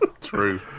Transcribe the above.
True